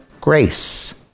grace